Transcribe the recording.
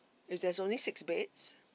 if there's only six beds